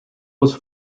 was